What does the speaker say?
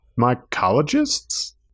mycologist's